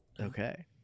Okay